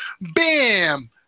bam